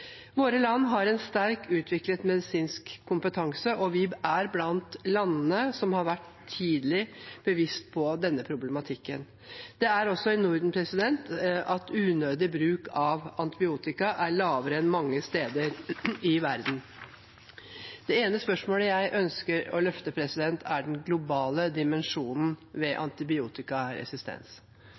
Våre land har en sterkt utviklet medisinsk kompetanse, og vi er blant landene som har vært tidlig bevisst på denne problematikken. Det er også i Norden at unødig bruk av antibiotika er lavere enn mange steder i verden. Det ene spørsmålet jeg ønsker å løfte, er den globale dimensjonen ved